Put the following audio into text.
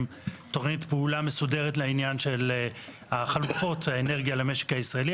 תוכנית פעולה מסודרת לעניין חלופות האנרגיה למשק הישראלי,